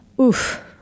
oof